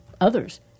others